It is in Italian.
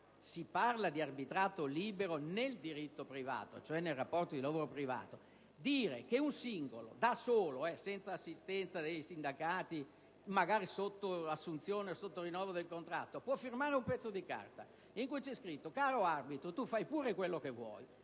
all'arbitrato libero nel diritto privato, cioè nel rapporto di lavoro privato, nella quale si prevede che un singolo, da solo e senza l'assistenza dei sindacati, magari sotto assunzione o sotto rinnovo del contratto, può firmare un pezzo di carta in cui c'è scritto che l'arbitro può fare quello che vuole,